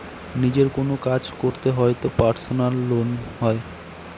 নিজের কোনো কাজ করতে হয় তো পার্সোনাল লোন হয়